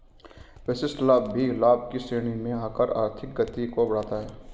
विशिष्ट लाभ भी लाभ की श्रेणी में आकर आर्थिक गति को बढ़ाता है